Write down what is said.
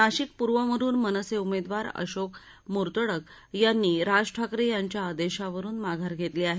नाशिक पूर्वमधून मनसे उमेदवार अशोक मुर्तडक यांनी राज ठाकरे यांच्या आदेशावरुन माघार घेतली आहे